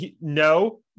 no